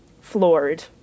floored